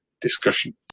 discussion